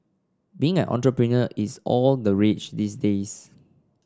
being an entrepreneur is all the rage these days